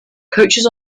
coaches